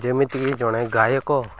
ଯେମିତିକି ଜଣେ ଗାୟକ